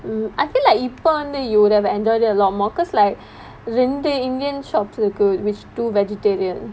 mmhmm I feel இப்பே வந்து:ippae vanthu you would have enjoyed it a lot more because like ரெண்டு:rendu indian shops இருக்கு:irukku which two vegetarian